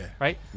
right